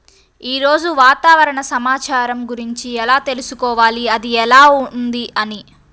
ఈరోజు వాతావరణ సమాచారం గురించి ఎలా తెలుసుకోవాలి అది ఎలా ఉంది అని?